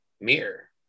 Mirror